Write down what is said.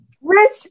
Rich